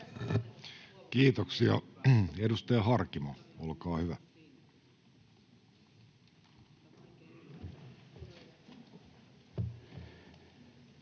Kiitoksia. — Edustaja Harkimo, olkaa hyvä.